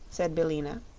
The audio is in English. said billina.